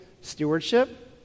stewardship